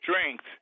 Strength –